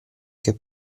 che